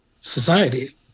society